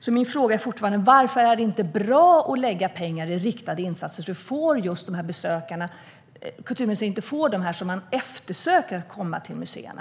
Min fråga är därför fortfarande: Varför är det inte bra att lägga pengar i riktade insatser så att kulturministern får de besökare som man efterfrågar att komma till museerna?